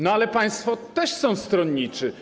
No ale państwo też są stronniczy.